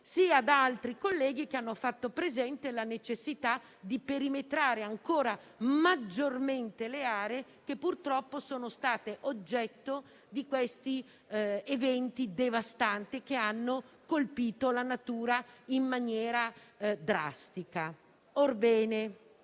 Altri colleghi hanno fatto presente la necessità di perimetrare in misura ancora maggiore le aree che purtroppo sono state oggetto di questi eventi devastanti, che hanno colpito la natura in maniera drastica. Orbene,